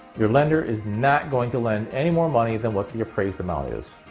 your lender is not going to lend any more money than what the appraised the amount is.